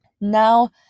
Now